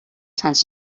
sants